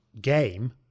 game